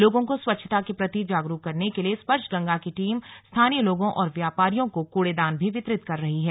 लोगों को स्वच्छता के प्रति जागरुक करने के लिए स्पर्श गंगा की टीम स्थानीय लोगों और व्यापारियों को कूड़ेदान भी वितरित कर रही है